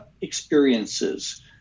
experiences